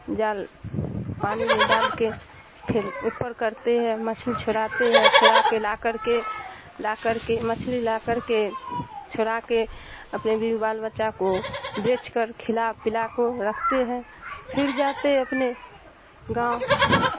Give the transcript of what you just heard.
جال پانی میں ڈال کے پھر اوپر کرتے ہیں مچھلی چھڑاتے ہیں چھڑا کے لا کر کے لا کر کے مچھلی لا کر کے چھڑا کے اپنے بیوی بال بچہ کو بیچ کر کھلا پلا کو رکھتے ہیں پھر جاتے اپنے گاؤں